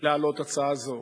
להעלות הצעה זו,